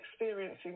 experiencing